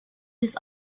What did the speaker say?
this